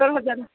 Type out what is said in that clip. ସତର ହଜାର